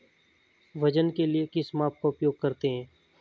वजन के लिए किस माप का उपयोग करते हैं?